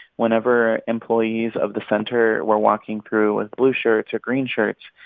whenever employees of the center were walking through with blue shirts or green shirts,